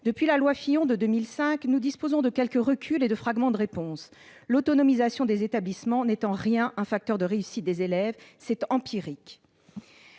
Depuis la loi Fillon de 2005, nous disposons de quelque recul et de fragments de réponse : l'autonomisation des établissements n'est en rien un facteur de réussite des élèves- c'est empirique.